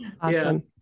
Awesome